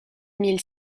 mille